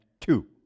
two